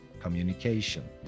communication